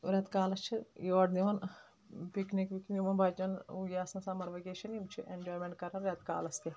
رٮ۪تہٕ کالس چھِ یور نِوان پِکنِک وِکنِک یِمن بچن یا سمر وکیشن یِم چھِ اٮ۪نجایمینٹ کران رٮ۪تہ کالس تہِ